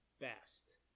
best